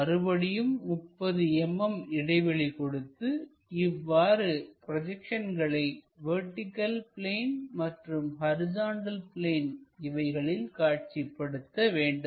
மறுபடியும் 30 mm இடைவெளி கொடுத்து இவ்வாறு நமது ப்ரொஜெக்ஷன்களை வெர்டிகள் பிளேன் மற்றும் ஹரிசாண்டல் பிளேன் இவைகளில் காட்சிப்படுத்த வேண்டும்